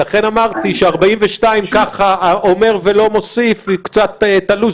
לכן אמרתי ש-42,000 ככה אומר ולא מוסיף זה קצת תלוש,